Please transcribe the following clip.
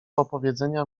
opowiedzenia